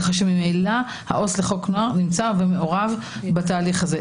כך שממילא העובד הסוציאלי לחוק נוער נמצא ומעורב בתהליך הזה.